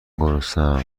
گرسنهام